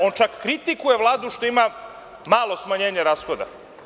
On čak kritikuje Vladu što ima malo smanjenje rashoda.